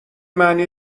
معنی